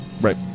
Right